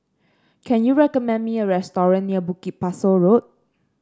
can you recommend me a restaurant near Bukit Pasoh Road